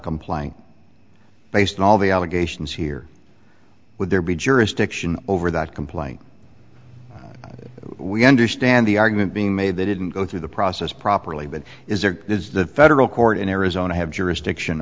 complaint based on all the allegations here would there be jurisdiction over that complaint that we understand the argument being made they didn't go through the process properly but is there is the federal court in arizona have jurisdiction